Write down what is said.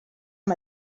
amb